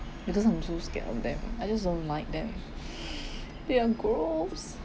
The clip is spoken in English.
because I'm so scared of them I just don't like them beyond gross